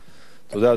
אדוני היושב-ראש,